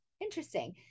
Interesting